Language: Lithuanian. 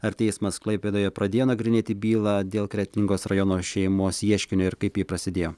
ar teismas klaipėdoje pradėjo nagrinėti bylą dėl kretingos rajono šeimos ieškinio ir kaip ji prasidėjo